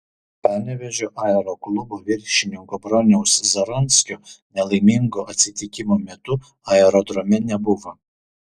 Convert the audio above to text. panevėžio aeroklubo viršininko broniaus zaronskio nelaimingo atsitikimo metu aerodrome nebuvo